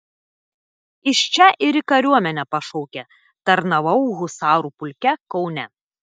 iš čia ir į kariuomenę pašaukė tarnavau husarų pulke kaune